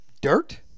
dirt